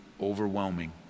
overwhelming